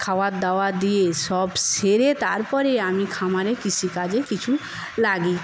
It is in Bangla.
খাওয়ার দাওয়ার দিয়ে সব সেরে তারপরে আমি খামারে কৃষিকাজে কিছু লাগি